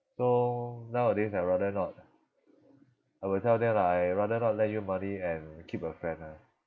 so nowadays I rather not I will tell them lah I rather not lend you money and keep a friend ah